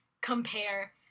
compare